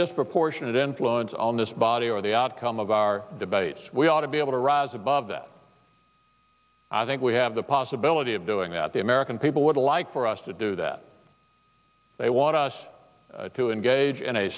disproportionate influence on this body or the outcome of our debates we ought to be able to rise above that i think we have the possibility of doing that the american people would like for us to do that they want us to engage in a